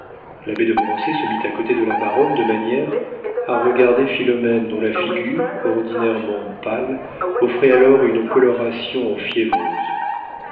l'abbé de grancey se mit à côté de la baronne de manière à regarder philomène dont la figure ordinairement pâle offrait alors une coloration fiévreuse